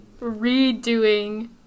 redoing